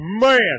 Man